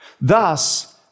Thus